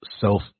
self